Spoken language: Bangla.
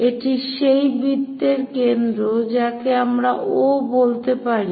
এটি সেই বৃত্তের কেন্দ্র যাকে আমরা O বলতে পারি